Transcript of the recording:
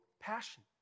passion